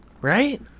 Right